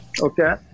Okay